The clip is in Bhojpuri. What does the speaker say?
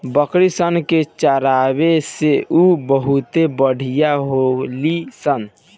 बकरी सन के चरावे से उ बहुते बढ़िया होली सन